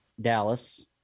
Dallas